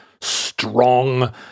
strong